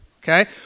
okay